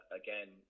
again